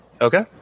Okay